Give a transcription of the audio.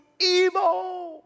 evil